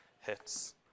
hits